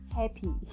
happy